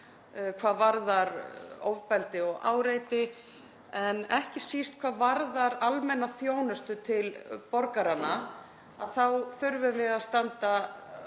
hvað varðar ofbeldi og áreiti en ekki síst hvað varðar almenna þjónustu til borgaranna. Þá þurfum við að standa